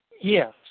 Yes